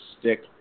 stick